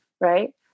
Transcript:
Right